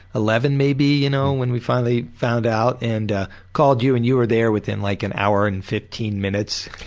eleven maybe you know when we finally found out and i ah called you and you were there within like an hour and fifteen minutes.